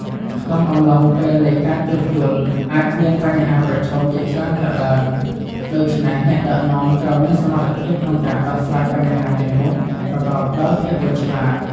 ក្នុងអំឡុងពេលនៃការជួសជុល អាចមានបញ្ហាប្រឈមជាច្រើនកើតឡើង ដូច្នេះអ្នកដឹកនាំត្រូវមានសមត្ថភាពក្នុងការដោះស្រាយបញ្ហាទាំងនោះប្រកបដោយភាពវៃឆ្លាត។